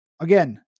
again